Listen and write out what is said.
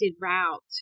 route